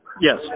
Yes